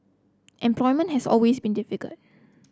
employment has always been difficult